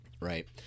Right